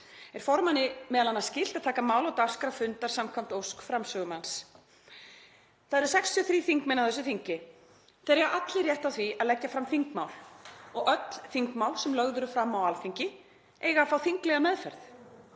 Er formanni m.a. skylt að taka mál á dagskrá fundar samkvæmt ósk framsögumanns. Það eru 63 þingmenn á þessu þingi, þeir eiga allir rétt á því að leggja fram þingmál og öll þingmál sem lögð eru fram á Alþingi eiga að fá þinglega meðferð;